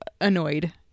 annoyed